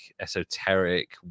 esoteric